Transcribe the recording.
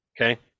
Okay